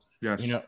yes